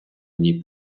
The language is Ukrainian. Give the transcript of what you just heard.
ній